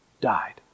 died